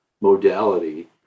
modality